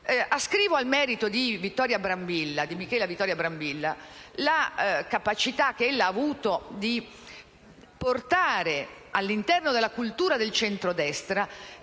Ascrivo al merito di Michela Vittoria Brambilla la capacità di portare all'interno della cultura del centrodestra